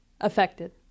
affected